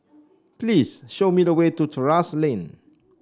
please show me the way to Terrasse Lane